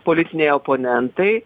politiniai oponentai